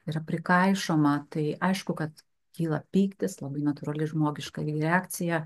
yra prikaišoma tai aišku kad kyla pyktis labai natūrali žmogiška reakcija